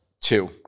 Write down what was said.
Two